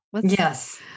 Yes